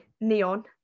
Neon